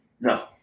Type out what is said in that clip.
No